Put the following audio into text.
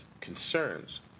concerns